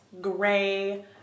gray